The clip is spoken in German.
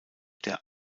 der